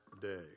day